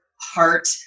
heart